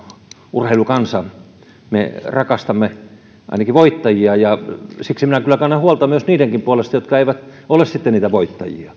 urheilukansa me rakastamme ainakin voittajia ja siksi minä kyllä kannan huolta niidenkin puolesta jotka eivät sitten ole voittajia